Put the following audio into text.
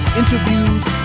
interviews